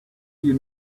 you